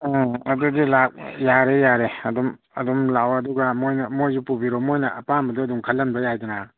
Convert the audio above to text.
ꯑꯥ ꯑꯗꯨꯗꯤ ꯌꯥꯔꯦ ꯌꯥꯔꯦ ꯑꯗꯨꯝ ꯑꯗꯨꯝ ꯂꯥꯛꯑꯣ ꯑꯗꯨꯒ ꯃꯣꯏꯅ ꯑꯗꯨꯁꯨ ꯄꯨꯕꯤꯔꯣ ꯃꯣꯏꯅ ꯑꯄꯥꯝꯕꯗꯣ ꯑꯗꯨꯝ ꯈꯜꯍꯟꯕ ꯌꯥꯏꯗꯅ